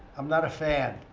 i'm not a fan.